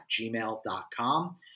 gmail.com